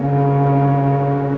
no